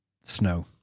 snow